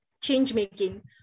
change-making